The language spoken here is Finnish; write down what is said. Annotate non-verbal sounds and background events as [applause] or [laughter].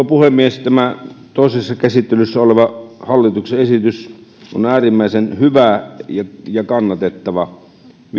[unintelligible] puhemies tämä toisessa käsittelyssä oleva hallituksen esitys on äärimmäisen hyvä ja kannatettava